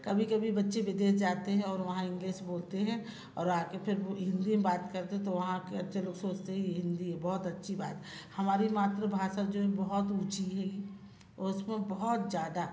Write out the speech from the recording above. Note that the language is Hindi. कभी कभी बच्चे विदेश जाते हैं और वहाँ इंग्लिस बोलते हैं और आके फिर वो हिंदी में बात करते हैं तो वहाँ के अच्छे लोग सोचते हैं हिंदी बहुत अच्छी बात हमारी मातृभाषा जो है बहुत ऊँची है उसमें बहुत ज़्यादा